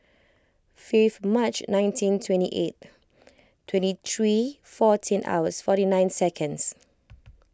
fifth March nineteen twenty eight twenty three fourteen hours forty nine seconds